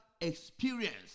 experience